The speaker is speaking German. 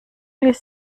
ließ